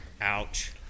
Ouch